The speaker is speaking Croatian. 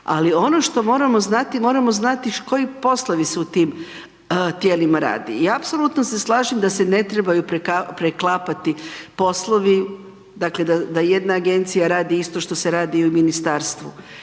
Ali ono što moramo znati, moramo znati koji poslovi su u tijelima radi i apsolutno se slažem da se ne trebaju preklapati poslovi, dakle da jedna agencija radi isto što se radi i u ministarstvu,